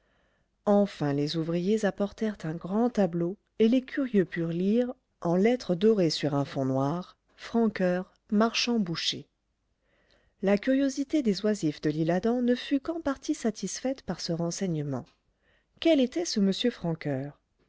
enfin les ouvriers apportèrent un grand tableau et les curieux purent lire en lettres dorées sur un fond noir francoeur marchand boucher la curiosité des oisifs de lîle adam ne fut qu'en partie satisfaite par ce renseignement quel était ce m francoeur